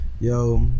Yo